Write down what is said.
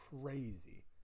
crazy